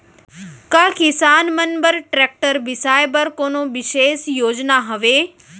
का किसान मन बर ट्रैक्टर बिसाय बर कोनो बिशेष योजना हवे?